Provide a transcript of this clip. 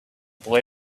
boy